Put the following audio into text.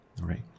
right